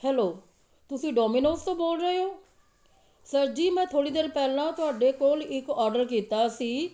hello ਤੁਸੀਂ Domino's ਤੋਂ ਬੋਲ ਰਹੇ ਹੋ ਸਰ ਜੀ ਮੈਂ ਥੋੜ੍ਹੀ ਦੇਰ ਪਹਿਲਾਂ ਤੁਹਾਡੇ ਕੋਲ ਇੱਕ ਔਡਰ ਕੀਤਾ ਸੀ